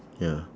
ya